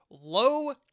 Low